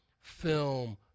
film